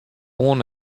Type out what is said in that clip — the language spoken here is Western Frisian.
oan